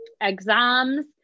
exams